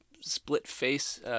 split-face